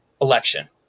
election